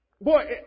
Boy